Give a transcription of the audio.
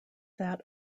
that